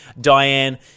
Diane